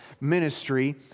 ministry